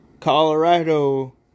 Colorado